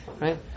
right